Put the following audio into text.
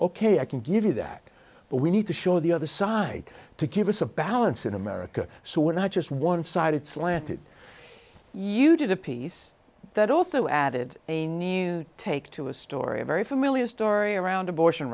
ok i can give you that but we need to show the other side to give us a balance in america so we're not just one sided slanted you did a piece that also added a new take to a story a very familiar story around abortion